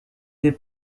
des